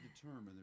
determine